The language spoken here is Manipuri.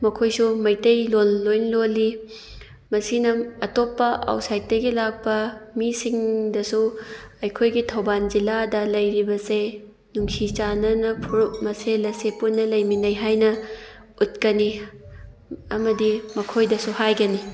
ꯃꯈꯣꯏꯁꯨ ꯃꯩꯇꯩ ꯂꯣꯟ ꯂꯣꯏ ꯂꯣꯜꯂꯤ ꯃꯁꯤꯅ ꯑꯇꯣꯞꯄ ꯑꯥꯎꯠ ꯁꯥꯏꯗꯇꯒꯤ ꯂꯥꯛꯄ ꯃꯤꯁꯤꯡꯗꯁꯨ ꯑꯩꯈꯣꯏꯒꯤ ꯊꯧꯕꯥꯜ ꯖꯤꯂꯥꯗ ꯂꯩꯔꯤꯕꯁꯦ ꯅꯨꯡꯁꯤ ꯆꯥꯅꯅ ꯐꯨꯔꯨꯞ ꯃꯁꯦꯟ ꯑꯁꯤ ꯄꯨꯟꯅ ꯂꯩꯃꯤꯟꯅꯩ ꯍꯥꯏꯅ ꯎꯠꯀꯅꯤ ꯑꯃꯗꯤ ꯃꯈꯣꯏꯗꯁꯨ ꯍꯥꯏꯒꯅꯤ